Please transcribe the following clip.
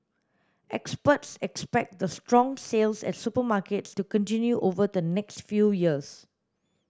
experts expect the strong sales at supermarkets to continue over the next few years